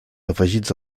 afegits